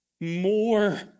more